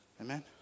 Amen